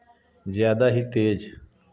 ज़्यादा ही तेज़